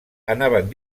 anaven